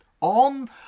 on